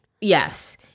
Yes